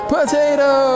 Potato